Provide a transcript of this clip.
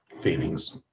feelings